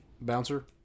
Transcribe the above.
Bouncer